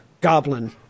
goblin